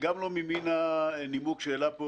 אני לא יכול לתת את התשובה הזאת,